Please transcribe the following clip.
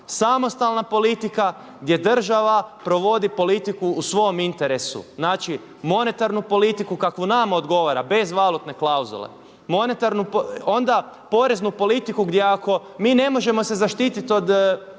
samostalna politika gdje država provodi politiku u svom interesu. Znači, monetarnu politiku kakvu nama odgovara bez valutne klauzule, onda poreznu politiku gdje ako mi ne možemo se zaštititi od